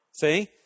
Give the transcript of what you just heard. See